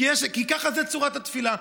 כי זו צורת התפילה,